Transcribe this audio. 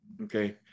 Okay